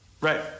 Right